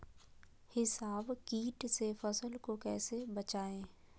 हिसबा किट से फसल को कैसे बचाए?